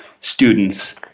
students